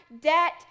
debt